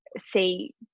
see